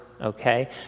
okay